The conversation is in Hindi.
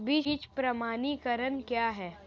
बीज प्रमाणीकरण क्या है?